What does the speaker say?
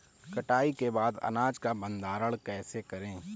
कटाई के बाद अनाज का भंडारण कैसे करें?